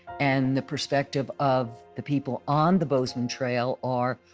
and the perspective of the people on the bozeman trail are,